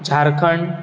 Jharkhand